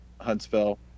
Huntsville